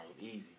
Easy